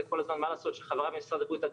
חוק זכויות החולה,